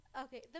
okay